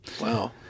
Wow